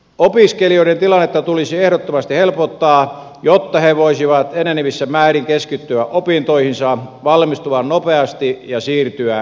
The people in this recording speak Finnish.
opiskelijoiden tilannetta tulisi ehdottomasti helpottaa jotta he voisivat enenevässä määrin keskittyä opintoihinsa valmistua nopeasti ja siirtyä työelämään